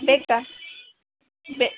ಬೇಕಾ ಬೆ